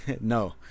no